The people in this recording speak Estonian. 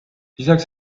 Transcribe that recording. lisaks